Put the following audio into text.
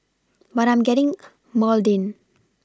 but I'm getting maudlin